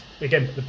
again